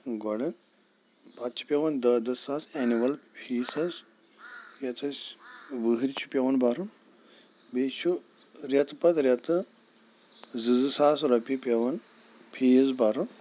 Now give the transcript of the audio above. گۄڈٕ پَتہٕ چھِ پٮ۪وان دہ دہ ساس اینِوَل فیٖس حظ یَتھ أسۍ ؤہٕرۍ چھِ پٮ۪وان بَرُن بیٚیہِ چھُ رٮ۪تہٕ پَتہٕ رٮ۪تہٕ زٕ زٕ ساس رۄپیہِ پٮ۪وان فیٖس بَرُن